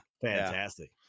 Fantastic